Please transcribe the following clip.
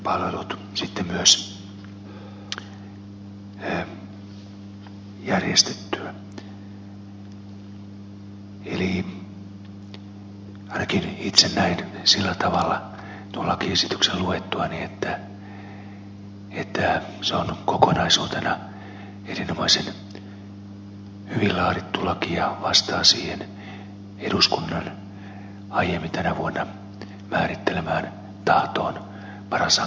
eli ainakin itse näen sillä tavalla tuon lakiesityksen luettuani että se on kokonaisuutena erinomaisen hyvin laadittu laki ja vastaa siihen eduskunnan aiemmin tänä vuonna määrittelemään tahtoon paras hankkeen etenemisestä